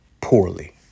poorly